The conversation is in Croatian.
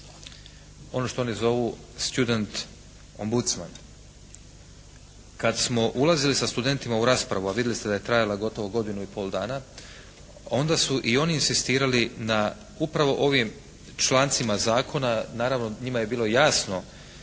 Ono što oni zovu «student ambusment». Kad smo ulazili sa studentima u raspravu a vidjeli ste da je trajala gotovo godinu i pol dana onda su i oni inzistirali na upravo ovim člancima zakona. Naravno njima je bilo jasno